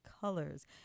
colors